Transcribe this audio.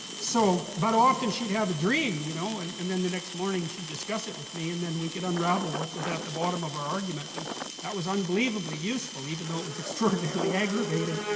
so but often she'd have a dream, you know, and and then the next morning, she'd discuss it with me, and then we could unravel what was at the bottom of our argument. and that was unbelievably useful, even though it was extraordinarily aggravating.